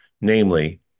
namely